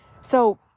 So-